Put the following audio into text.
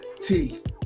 teeth